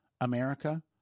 America